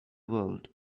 world